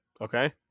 Okay